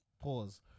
Pause